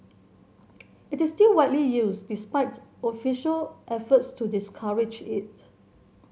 it is still widely used despite official efforts to discourage it